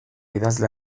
idazle